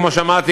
כמו שאמרתי,